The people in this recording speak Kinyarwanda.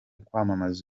kwamamaza